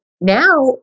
Now